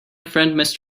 friend